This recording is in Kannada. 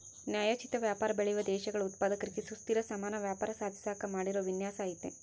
ನ್ಯಾಯೋಚಿತ ವ್ಯಾಪಾರ ಬೆಳೆಯುವ ದೇಶಗಳ ಉತ್ಪಾದಕರಿಗೆ ಸುಸ್ಥಿರ ಸಮಾನ ವ್ಯಾಪಾರ ಸಾಧಿಸಾಕ ಮಾಡಿರೋ ವಿನ್ಯಾಸ ಐತೆ